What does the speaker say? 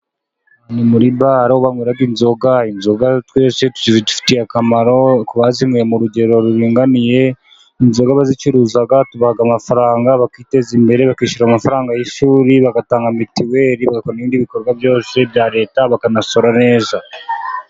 Ni muri bare aho banywara inzoga, inzoga twese zidufitiye akamaro ku bazinweye mu rugero ruringaniye, inzoga abazicuruza tubaha amafaranga bakiteza imbere bakishyura amafaranga y'ishuri, bagatanga mitiweli bagakora ibindi bikorwa byose bya leta bakanasora neza.